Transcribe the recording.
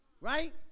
Right